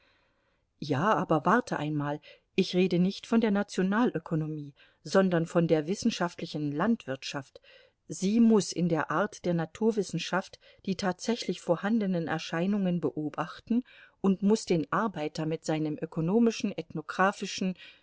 ja aber warte einmal ich rede nicht von der nationalökonomie sondern von der wissenschaftlichen landwirtschaft sie muß in der art der naturwissenschaft die tatsächlich vorhandenen erscheinungen beobachten und muß den arbeiter mit seinem ökonomischen